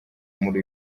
muri